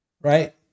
right